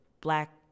black